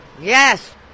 Yes